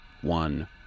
one